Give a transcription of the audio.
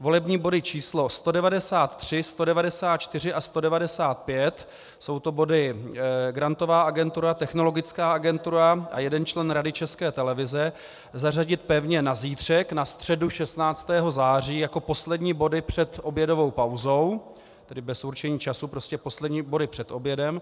Volební body číslo 193, 194 a 195 jsou to body Grantová agentura, Technologická agentura a jeden člen Rady České televize zařadit pevně na zítřek, na středu 16. září, jako poslední body před obědovou pauzou, tedy bez určení času, prostě poslední body před obědem.